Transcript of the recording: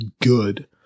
good